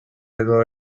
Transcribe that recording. edo